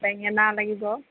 বেঙেনা লাগিব